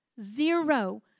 Zero